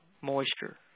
moisture